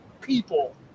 people